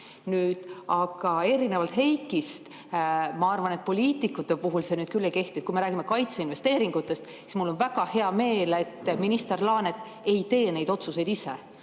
tee ise. Erinevalt Heikist ma arvan, et poliitikute puhul see küll ei kehti. Kui me räägime kaitseinvesteeringutest, siis mul on väga hea meel, et minister Laanet ei tee neid otsuseid ise,